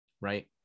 Right